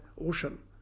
ocean